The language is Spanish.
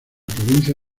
provincia